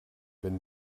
wenn